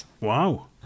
Wow